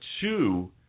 two